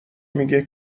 میگه